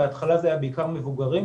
בהתחלה זה היה בעיקר מבוגרים,